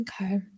okay